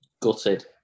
Gutted